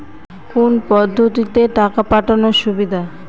কোন পদ্ধতিতে টাকা পাঠানো সুবিধা?